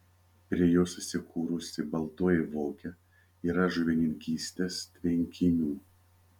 prie jos įsikūrusi baltoji vokė yra žuvininkystės tvenkinių